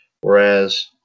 whereas